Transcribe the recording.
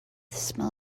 smell